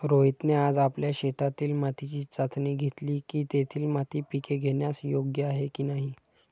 रोहितने आज आपल्या शेतातील मातीची चाचणी घेतली की, तेथील माती पिके घेण्यास योग्य आहे की नाही